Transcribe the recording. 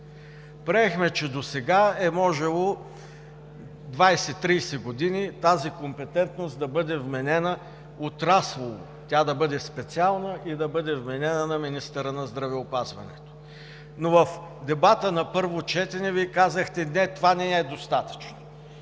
Приехме, че досега е можело 20 – 30 години тази компетентност да бъде вменена отраслово – тя да бъде специална и да бъде вменена на министъра на здравеопазването. Но в дебата на първо четене Вие казахте: „Не, това не е достатъчно!